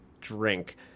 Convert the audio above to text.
drink